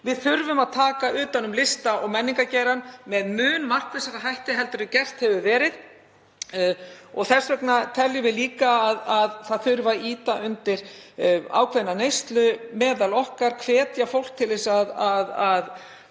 Við þurfum að taka utan um lista- og menningargeirann með mun markvissari hætti en gert hefur verið og þess vegna teljum við líka að ýta þurfi undir ákveðna neyslu meðal okkar, hvetja fólk til þess að